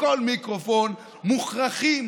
לכל מיקרופון: מוכרחים